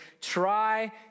try